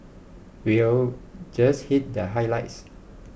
we'll just hit the highlights